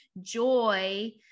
joy